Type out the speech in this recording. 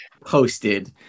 posted